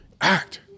Act